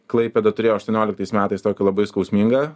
klaipėda turėjo aštuonioliktais metais tokį labai skausmingą